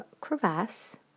crevasse